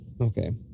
Okay